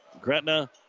Gretna